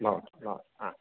भवतु भवतु आ आ